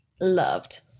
Loved